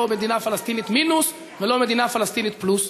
לא מדינה פלסטינית מינוס ולא מדינה פלסטינית פלוס?